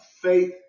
faith